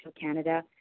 Canada